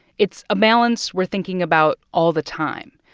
it's a balance we're thinking about all the time.